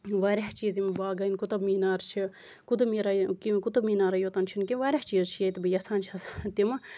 واریاہ چیٖز یِم واگا یِم کۭتیاہ چھِ کُتُب میٖنار چھِ کُتُب میٖرا کُتُب میٖنارے یوتَن چھُ نہٕ کینٛہہ واریاہ چیٖز چھِ ییٚتہِ بہٕ یَژھان چھَس تُلن